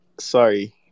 Sorry